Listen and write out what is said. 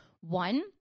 One